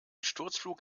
sturzflug